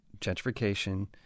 gentrification